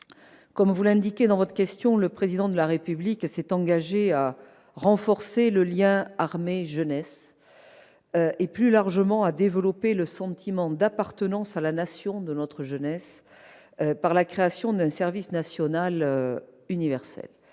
Comme vous l'indiquez dans votre question, le Président de la République s'est engagé à renforcer le lien entre l'armée et la jeunesse et, plus largement, à développer le sentiment d'appartenance à la Nation de notre jeunesse par la création d'un service national universel,